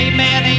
Amen